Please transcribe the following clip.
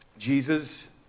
Jesus